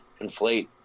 conflate